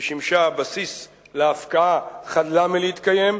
ששימשה בסיס להפקעה חדלה מלהתקיים,